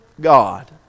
God